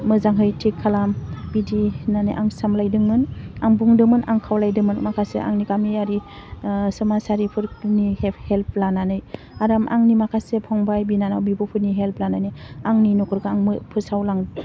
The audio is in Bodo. मोजांहै थिग खालाम बिदि होननानै आं सामलायदोंमोन आं बुंदोंमोन खां खावलायदोंमोन माखासे आंनि गामियारि समाजारिफोरनि हेल्प लानानै आराम आंनि माखासे फंबाय बिनानाव बिब'फोरनि हेल्प लानानै आंनि नखरखौ आं मो फोसावलां